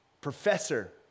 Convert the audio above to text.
professor